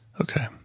Okay